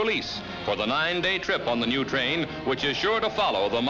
police for the nine day trip on the new train which is sure to follow the